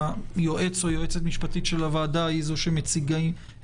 כאשר היועץ או היועצת של הוועדה הם אלה